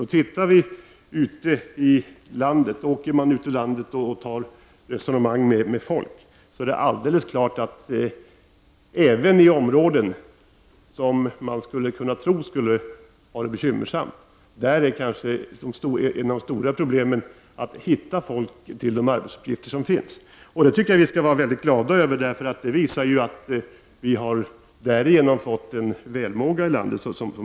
Om man åker omkring i landet och resonerar med folk finner man det alldeles klart, att även i områden som man skulle kunna tro skulle ha det bekymmersamt, där är kanske ett av de stora problemen att hitta folk till de arbeten som finns. Det tycker jag vi skall vara mycket glada över. Det visar att vi därigenom fått en välmåga i landet.